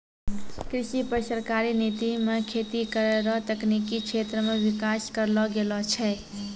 कृषि पर सरकारी नीति मे खेती करै रो तकनिकी क्षेत्र मे विकास करलो गेलो छै